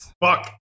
Fuck